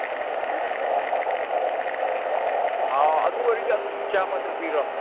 ꯑꯥ ꯑꯗꯨ ꯑꯣꯏꯔꯗꯤ ꯑꯗꯨꯁꯨ ꯆꯥꯝꯃ ꯇꯧꯕꯤꯔꯣ